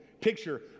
picture